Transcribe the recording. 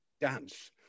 dance